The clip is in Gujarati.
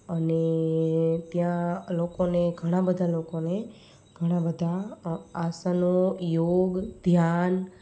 અને ત્યાં લોકોને ઘણાબધા લોકોને ઘણાબધા આસનો યોગ ધ્યાન